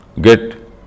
get